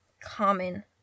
Common